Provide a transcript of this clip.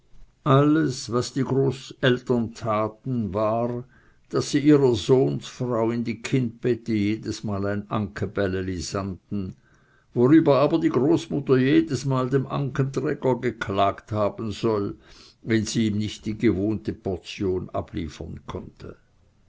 alles was die großeltern taten war daß sie ihrer sohnsfrau in die kindbette jedesmal ein ankenbälli sandten worüber aber die großmutter jedesmal dem ankenträger geklagt haben soll wenn sie ihm nicht die gewohnte portion abliefern konnte